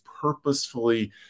purposefully